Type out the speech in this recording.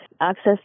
access